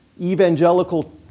evangelical